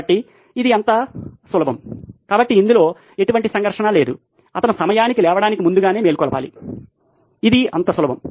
కాబట్టి ఇది అంత సులభం కాబట్టి ఇందులో ఎటువంటి సంఘర్షణ లేదు అతను సమయానికి లేవడానికి ముందుగానే మేల్కొలపాలి అది అంత సులభం